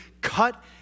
cut